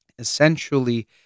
essentially